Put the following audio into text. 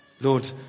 Lord